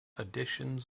editions